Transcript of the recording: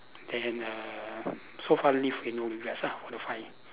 then err so far live with no regrets ah for the five years